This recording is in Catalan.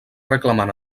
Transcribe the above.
reclamant